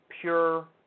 pure